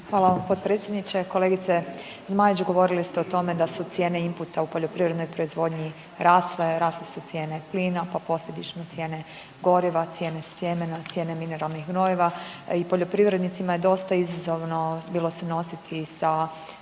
vam potpredsjedniče, kolegice Zmaić. Govorili ste o tome da su cijene inputa u poljoprivrednoj proizvodnji rasle, rasle su cijene plina pa posljedično cijene goriva, cijene sjemena, cijene mineralnih gnojiva i poljoprivrednicima je dosta izazovno bilo se nositi sa